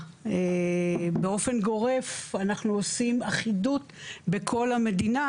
באופן גורף אנחנו עושים אחידות בכל המדינה